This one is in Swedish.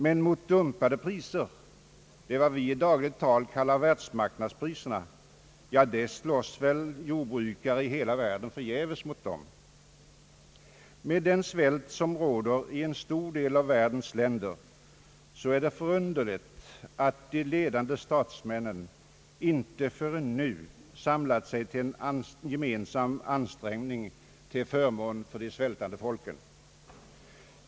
Men mot dumpade priser — det som vi i dagligt tal kallar världsmarknadspriserna — slåss jordbrukare i hela världen förgäves. Med tanke på den svält som råder i en stor del av världens länder är det förunderligt att de ledande statsmännen inte förrän nu samlat sig till en gemensam ansträngning till förmån för de svältande folken.